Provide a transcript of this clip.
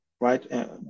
right